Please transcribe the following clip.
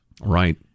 Right